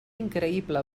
increïble